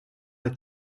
hij